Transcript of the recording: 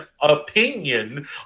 opinion